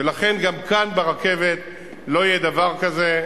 ולכן, גם כאן ברכבת לא יהיה דבר כזה,